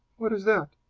what is that?